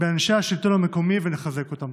באנשי השלטון המקומי ונחזק אותם.